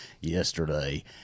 yesterday